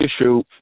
issue